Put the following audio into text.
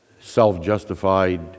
self-justified